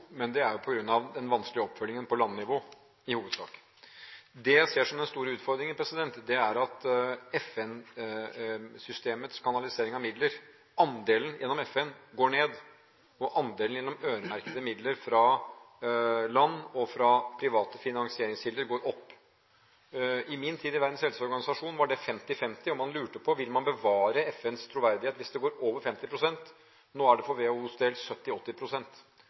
ser som den store utfordringen, er at FN-systemets kanalisering av midler, andelen gjennom FN, går ned, og andelen gjennom øremerkede midler fra land og fra private finansieringskilder går opp. I min tid i Verdens helseorganisasjon var det 50–50, og man lurte på om man ville bevare FNs troverdighet hvis det gikk over 50 pst. Nå er det for WHOs del